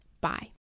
Bye